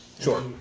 Sure